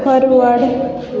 forward